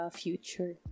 future